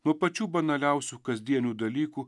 nuo pačių banaliausių kasdienių dalykų